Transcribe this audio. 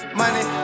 money